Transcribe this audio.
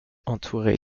entouré